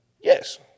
Yes